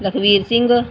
Lakhvir Singh